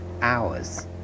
hours